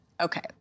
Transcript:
Okay